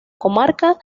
comarca